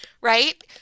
right